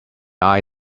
eye